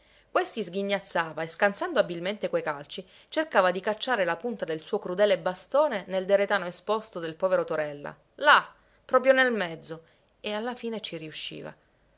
ridotti questi sghignazzava e scansando abilmente quei calci cercava di cacciare la punta del suo crudele bastone nel deretano esposto del povero torella là proprio nel mezzo e alla fine ci riusciva